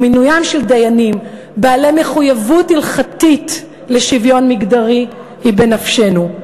ומינוים של דיינים בעלי מחויבות הלכתית לשוויון מגדרי היא בנפשנו.